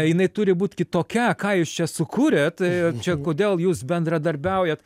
jinai turi būt kitokia ką jūs čia sukūrėt čia kodėl jūs bendradarbiaujat